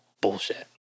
bullshit